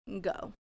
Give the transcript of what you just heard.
go